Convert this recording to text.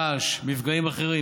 רעש ומפגעים אחרים,